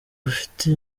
bafite